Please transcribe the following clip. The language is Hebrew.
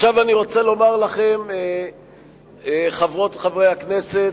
עכשיו אני רוצה לומר לכם, חברות וחברי הכנסת,